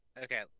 Okay